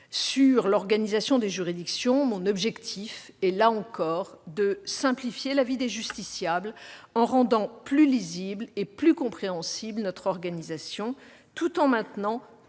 sur l'organisation des juridictions, mon objectif est, là encore, de simplifier la vie des justiciables en rendant plus lisible et plus compréhensible notre organisation, en maintenant